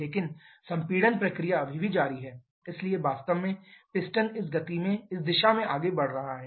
लेकिन संपीड़न प्रक्रिया अभी भी जारी है इसलिए वास्तव में पिस्टन इस दिशा में आगे बढ़ रहा है